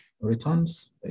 Returns